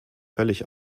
völlig